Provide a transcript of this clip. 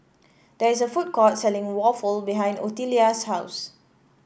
there is a food court selling waffle behind Ottilia's house